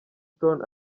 stone